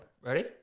Ready